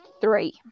three